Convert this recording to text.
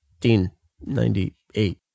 1998